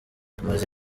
hamaze